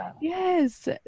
yes